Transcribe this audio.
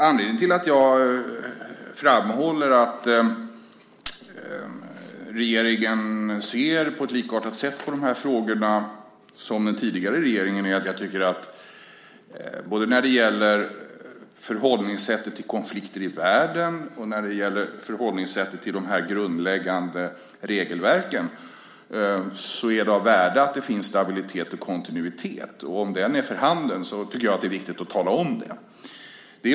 Anledningen till att jag framhåller att regeringen ser på ett likartat sätt på dessa frågor som den tidigare regeringen är att jag tycker att det är av värde att det finns stabilitet och kontinuitet både när det gäller förhållningssättet till konflikter i världen och förhållningssättet till de grundläggande regelverken. Om det är för handen är det viktigt att tala om det.